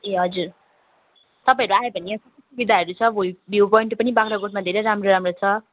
ए हजुर तपाईँहरू आयो भने यहाँ सबै सुविधाहरू छ भुइ भ्यू पोइन्ट पनि बाग्राकोटमा धेरै राम्रो राम्रो छ